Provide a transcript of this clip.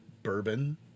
Bourbon